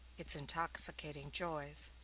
its intoxicating joys,